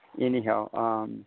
anyhow